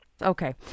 Okay